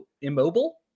immobile